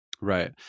Right